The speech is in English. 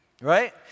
right